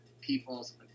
people's